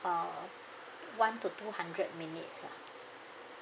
uh one to two hundred minutes ah